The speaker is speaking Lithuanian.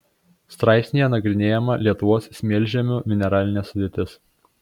straipsnyje nagrinėjama lietuvos smėlžemių mineralinė sudėtis